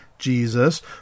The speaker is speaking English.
jesus